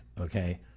okay